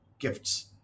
Gifts